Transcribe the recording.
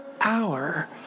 hour